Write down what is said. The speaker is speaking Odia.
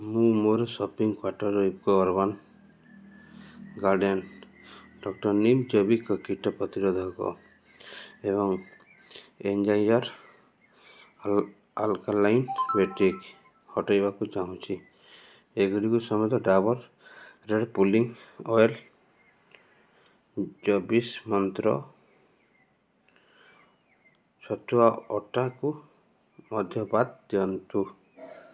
ମୁଁ ମୋର ସପିଂ କାର୍ଟ୍ରୁ IFFCO urban garden doctor neem ଜୈବିକ କୀଟ ପ୍ରତିରୋଧକ ଏବଂ ଏନର୍ଜାଇଗାର୍ ଆଲ୍କାଲାଇନ୍ ବ୍ୟାଟେରୀକ୍ ହଟାଇବାକୁ ଚାହୁଁଛି ଏଗୁଡ଼ିକ ସମେତ ଡାବର୍ ରେଡ଼୍ ପୁଲିଂ ଅଏଲ୍ ଚବିଶ ମନ୍ତ୍ର ଛତୁଆ ଅଟାକୁ ମଧ୍ୟ ବାଦ ଦିଅନ୍ତୁ